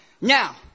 Now